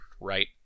right